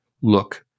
look